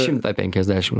šimtą penkiasdešim